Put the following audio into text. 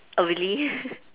oh really